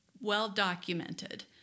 well-documented